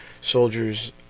soldiers